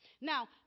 Now